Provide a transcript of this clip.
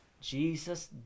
Jesus